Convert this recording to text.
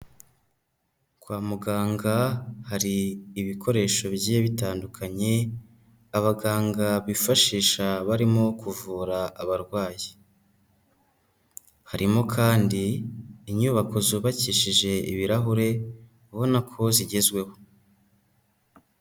Kwa muganga hari ibikoresho bigiye bitandukanye, abaganga bifashisha barimo kuvura abarwayi. Harimo kandi inyubako zubakishije ibirahure, ubona ko zigezweho.